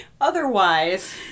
Otherwise